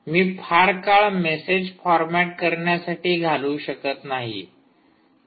मी फार काळ message format पाहण्यासाठी घालवू शकत नाही